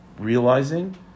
realizing